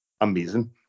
amazing